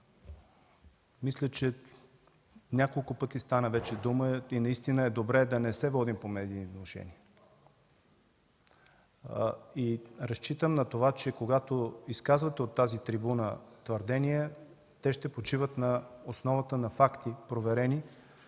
Мисля, че няколко пъти вече стана дума и наистина е добре да не се водим по медийни внушения. Разчитам на това, че когато изказвате от тази трибуна твърдения, те ще почиват на основата на проверени